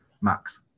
Max